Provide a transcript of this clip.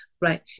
right